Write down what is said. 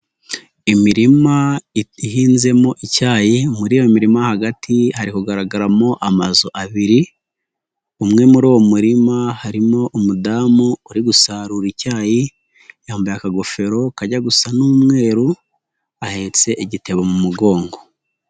Imirima ihinzemo icyayi, muri iyo mirima hagati hari kugaragaramo amazu abiri, umwe muri uwo murima harimo umudamu uri gusarura icyayi, yambaye akagofero kajya gusa n'umweru, ahetse igitebo mu mugongo.